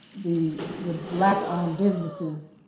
the the black-owned businesses,